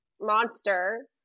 monster